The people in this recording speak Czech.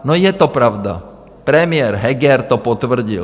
No, je to pravda, premiér Heger to potvrdil.